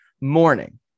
morning